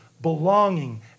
belonging